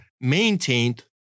maintained